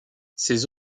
ses